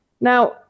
Now